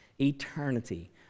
Eternity